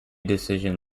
decision